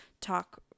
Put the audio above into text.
talk